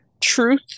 Truth